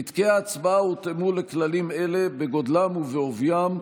פתקי ההצבעה הותאמו לכללים אלה בגודלם ובעוביים,